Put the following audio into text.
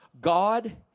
God